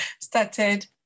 started